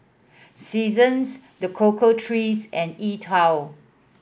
Seasons The Cocoa Trees and E Twow